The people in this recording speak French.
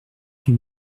huit